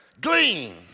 glean